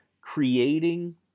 creating